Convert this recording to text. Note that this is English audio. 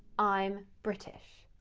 i'm british,